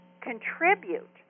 contribute